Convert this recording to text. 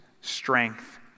strength